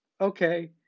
okay